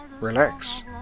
relax